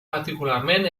particularment